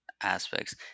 aspects